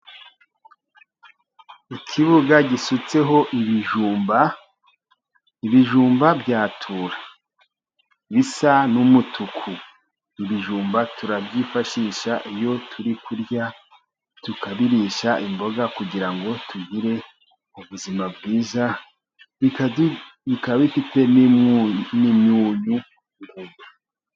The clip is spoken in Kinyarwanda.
Ikibuga gisutseho ibijumba, ibijumba bya tura bisa n'umutuku, ibijumba turabyifashisha iyo turi kurya tukabirishya imboga kugira ngo tugire ubuzima bwiza bikaba bifite n'imyunyu.